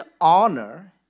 honor